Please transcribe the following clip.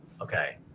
Okay